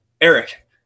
Eric